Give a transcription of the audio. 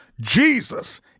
Jesus